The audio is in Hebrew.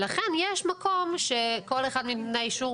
ולכן יש מקום שכל אחד מנותני האישור